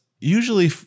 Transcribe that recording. usually